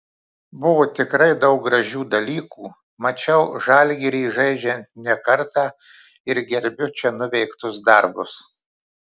buvo tikrai daug gražių dalykų mačiau žalgirį žaidžiant ne kartą ir gerbiu čia nuveiktus darbus